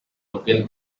local